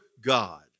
God